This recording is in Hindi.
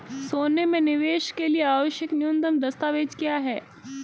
सोने में निवेश के लिए आवश्यक न्यूनतम दस्तावेज़ क्या हैं?